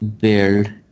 build